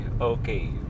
okay